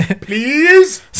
Please